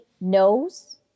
knows